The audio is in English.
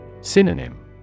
Synonym